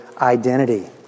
identity